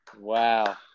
wow